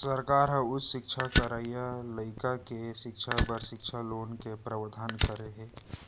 सरकार ह उच्च सिक्छा करइया लइका के सिक्छा बर सिक्छा लोन के प्रावधान करे हे